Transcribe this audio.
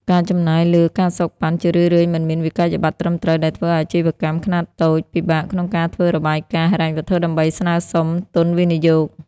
ការចំណាយលើ ការសូកប៉ាន់ ជារឿយៗមិនមានវិក្កយបត្រត្រឹមត្រូវ ដែលធ្វើឱ្យអាជីវកម្មខ្នាតតូចពិបាកក្នុងការធ្វើរបាយការណ៍ហិរញ្ញវត្ថុដើម្បីស្នើសុំទុនវិនិយោគ។